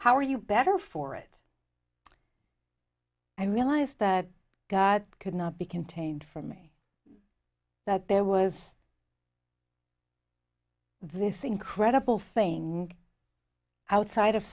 how are you better for it i realized that god could not be contained for me that there was this incredible thing outside of